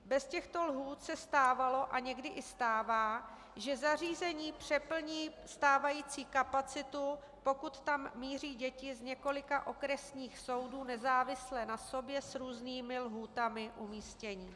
Bez těchto lhůt se stávalo a někdy i stává, že zařízení přeplní stávající kapacitu, pokud tam míří děti z několika okresních soudů nezávisle na sobě s různými lhůtami umístění.